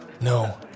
No